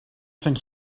think